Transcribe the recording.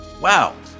Wow